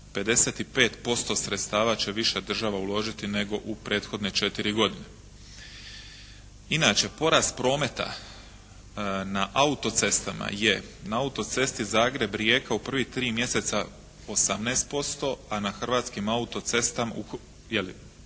55% sredstava će više država uložiti nego u prethodne 4 godine. Inače porast prometa na autocestama je na autocesti Zagreb – Rijeka u prvih 3 mjeseca 18%, a na hrvatskim autocestama, na